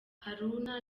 haruna